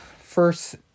first